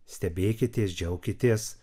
stebėkitės džiaukitės